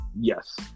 yes